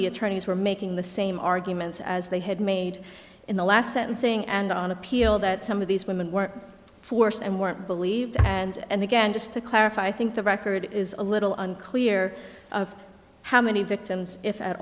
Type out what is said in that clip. the attorneys were making the same arguments as they had made in the last sentencing and on appeal that some of these women were forced and weren't believed and and again just to clarify i think the record is a little unclear how many victims if at